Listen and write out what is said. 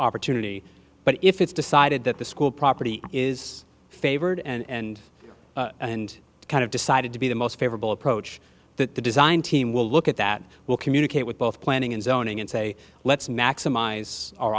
opportunity but if it's decided that the school property is favored and and it's kind of decided to be the most favorable approach that the design team will look at that will communicate with both planning and zoning and say let's maximize